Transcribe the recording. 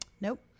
Nope